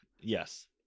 Yes